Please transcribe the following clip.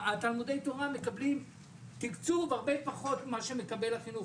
תלמודי התורה מקבלים תקצוב הרבה פחות ממה שמקבל החינוך